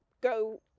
go